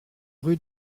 rue